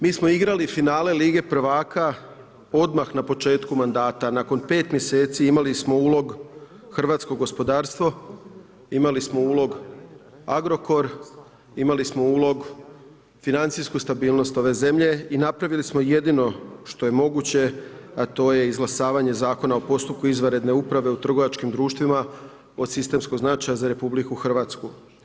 Mi smo igrali finale Lige prvaka odmah na početku mandata, nakon 5 mjeseci imali smo ulog hrvatsko gospodarstvo, imali smo ulog Agrokor, imali smo ulog financijsku stabilnost ove zemlje i napravili smo jedino što je moguće, a to je izglasavanje Zakona o postupku izvanredne uprave u trgovačkim društvima od sistemskog značaja za RH.